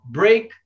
break